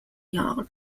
jahren